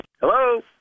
Hello